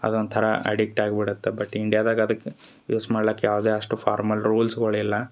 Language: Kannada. ಅದೊಂಥರ ಅಡಿಕ್ಟಾಗಿ ಬಿಡತ್ತ ಬಟ್ ಇಂಡ್ಯಾದಾಗ ಅದಕ್ಕೆ ಯೂಸ್ ಮಾಡ್ಲಾಕ್ ಯಾವುದೇ ಅಷ್ಟು ಫಾರ್ಮಲ್ ರೂಲ್ಸ್ಗಳಿಲ್ಲ